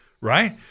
Right